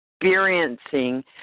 experiencing